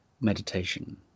meditation